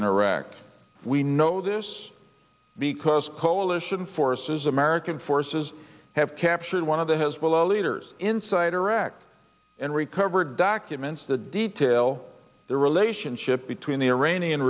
in iraq we know this because coalition forces american forces have captured one of the hezbollah leaders inside iraq and recovered documents the detail the relationship between the iranian